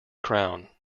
crown